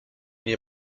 nie